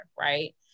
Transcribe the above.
right